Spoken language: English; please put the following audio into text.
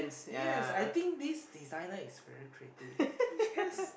yes I think this designer is very creative yes